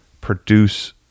produce